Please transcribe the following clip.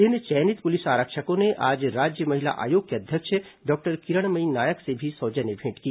इन चयनित पुलिस आरक्षकों ने आज राज्य महिला आयोग की अध्यक्ष डॉक्टर किरणमथी नायक से भी सौजन्य भेंट की